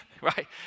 right